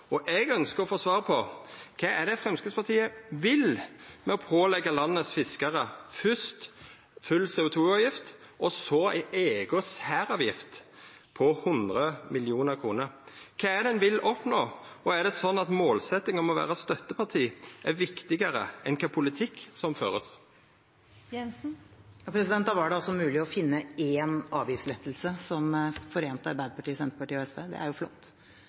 Eg ønskjer å få svar på kva det er Framstegspartiet vil med å påleggja landets fiskarar fyrst full CO 2 -avgift og så ei eiga særavgift på 100 mill. kr. Kva er det ein vil oppnå? Er det sånn at målsetjinga om å vera støtteparti er viktigare enn kva politikk som vert ført? Da var det altså mulig å finne én avgiftslettelse som forente Arbeiderpartiet, Senterpartiet og SV. Det er jo